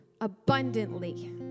abundantly